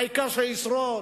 העיקר שישרוד,